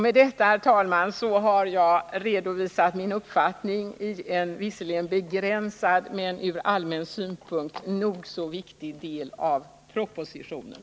Med detta, herr talman, har jag redovisat min uppfattning i en visserligen begränsad men ur allmän synpunkt nog så viktig del av propositionen.